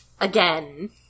Again